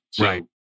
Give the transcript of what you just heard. Right